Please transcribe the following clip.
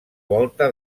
volta